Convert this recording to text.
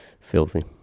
Filthy